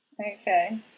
okay